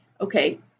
okay